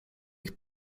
ich